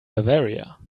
bavaria